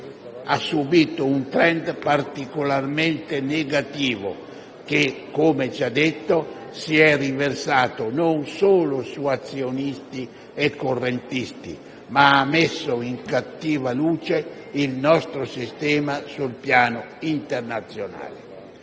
subito un *trend* particolarmente negativo che, come già detto, non solo si è riversato su azionisti e correntisti, ma ha messo in cattiva luce il nostro sistema sul piano internazionale.